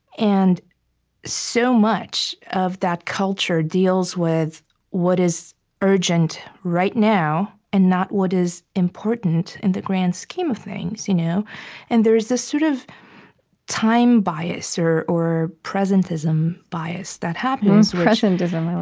and so much of that culture deals with what is urgent right now and not what is important in the grand scheme of things. you know and there is this sort of time bias or or presentism bias that happens presentism. i